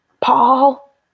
Paul